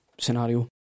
scenario